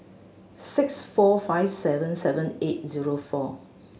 six four five seven seven eight zero four